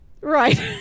right